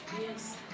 Yes